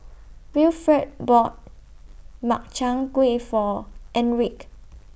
Wilfred bought Makchang Gui For Enrique